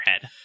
head